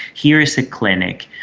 here is a clinic.